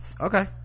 okay